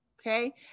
okay